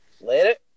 Later